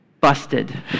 Busted